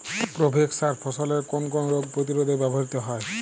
Provex সার ফসলের কোন কোন রোগ প্রতিরোধে ব্যবহৃত হয়?